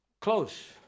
close